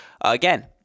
Again